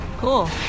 Cool